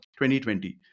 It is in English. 2020